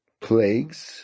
plagues